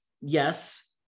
yes